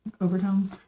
overtones